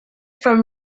from